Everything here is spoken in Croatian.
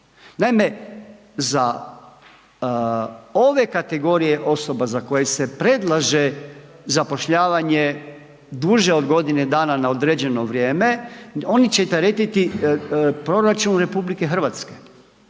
Naime, za ove kategorije osoba za koje se predlaže zapošljavanje duže od godine dana na određeno vrijeme oni će teretiti proračun RH. Za razliku